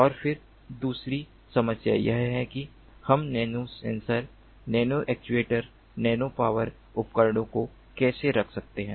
और फिर दूसरी समस्या यह है कि हम नैनोसेंसर नैनोएक्ट्यूएटर्स नैनोपावर उपकरणों को कैसे रख सकते हैं